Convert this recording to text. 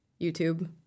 YouTube